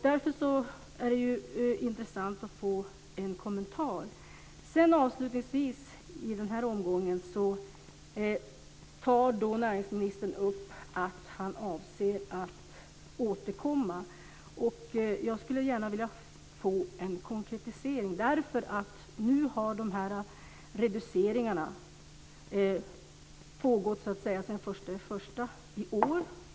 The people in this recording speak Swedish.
Därför vore det intressant att få en kommentar till detta. Näringsministern säger att han avser att återkomma. Jag skulle gärna vilja få en konkretisering av det. Nu har dessa reduceringar pågått sedan den 1 januari i år.